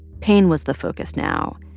pain was the focus now.